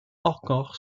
encore